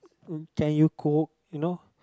uh can you cook you know